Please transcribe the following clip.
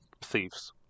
thieves